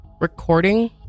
Recording